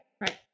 Right